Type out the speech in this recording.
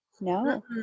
No